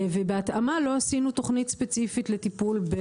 בהתאמה לא עשינו תוכנית ספציפית לטיפול ביהודה ושומרון.